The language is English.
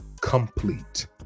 complete